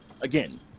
again